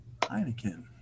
Heineken